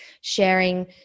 sharing